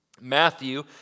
Matthew